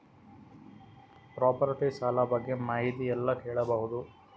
Property ಸಾಲ ಬಗ್ಗೆ ಮಾಹಿತಿ ಎಲ್ಲ ಕೇಳಬಹುದು?